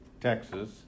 Texas